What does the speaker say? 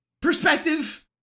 perspective